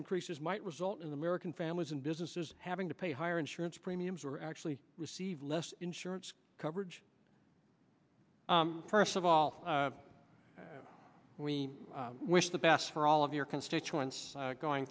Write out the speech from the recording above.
increases might result in american families and businesses having to pay higher insurance premiums or actually receive less insurance coverage first of all we wish the best for all of your constituents going